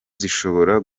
zishobora